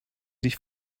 sich